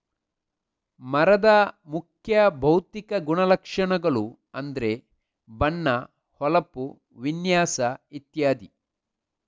ಮರದ ಮುಖ್ಯ ಭೌತಿಕ ಗುಣಲಕ್ಷಣಗಳು ಅಂದ್ರೆ ಬಣ್ಣ, ಹೊಳಪು, ವಿನ್ಯಾಸ ಇತ್ಯಾದಿ